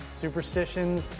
Superstitions